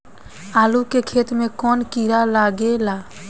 आलू के खेत मे कौन किड़ा लागे ला?